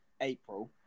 April